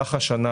שבמהלך השנה,